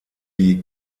die